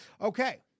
Okay